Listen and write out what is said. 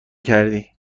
کردی